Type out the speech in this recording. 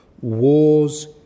wars